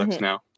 now